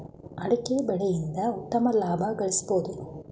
ಅಡಿಕೆ ಬೆಳೆಯಿಂದ ಉತ್ತಮ ಲಾಭ ಗಳಿಸಬೋದು